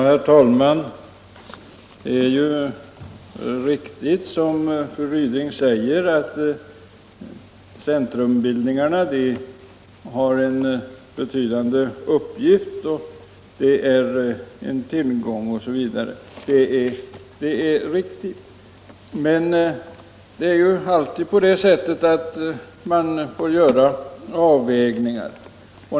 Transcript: Herr talman! Det är riktigt, som fru Ryding säger, att centrumbildningarna har en betydande uppgift, utgör en tillgång osv. Men man måste ju alltid göra avvägningar.